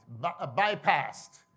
Bypassed